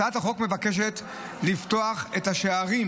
3. הצעת החוק מבקשת "לפתוח את השערים"